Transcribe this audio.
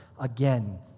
again